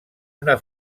una